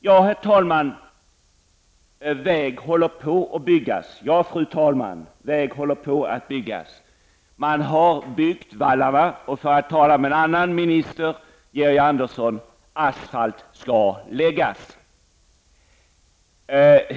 Ja, fru talman, väg håller på att byggas. Man har byggt vallarna, och för att tala med en annan minister -- Georg Andersson -- asfalt skall läggas.